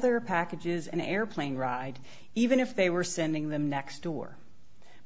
their packages an airplane ride even if they were sending them next door